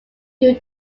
due